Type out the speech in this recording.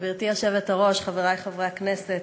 גברתי היושבת-ראש, חברי חברי הכנסת,